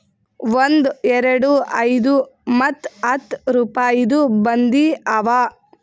ಒಂದ್, ಎರಡು, ಐಯ್ದ ಮತ್ತ ಹತ್ತ್ ರುಪಾಯಿದು ಬಂದಿ ಅವಾ